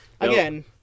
again